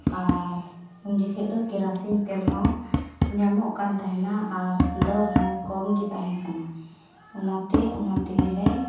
ᱟᱨ ᱩᱱ ᱡᱚᱠᱷᱚᱱ ᱫᱚ ᱠᱮᱨᱟᱥᱤᱱ ᱛᱮᱞ ᱦᱚᱸ ᱧᱟᱢᱚᱜ ᱠᱟᱱ ᱛᱟᱦᱮᱱᱟ ᱟᱨ ᱫᱚᱨ ᱦᱚᱸ ᱠᱚᱢ ᱜᱮ ᱛᱟᱦᱮᱸ ᱠᱟᱱᱟ ᱚᱱᱟᱛᱮ ᱚᱱᱟ ᱛᱮᱜᱮᱞᱮ